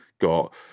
got